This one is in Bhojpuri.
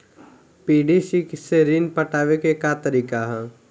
पी.डी.सी से ऋण पटावे के का तरीका ह?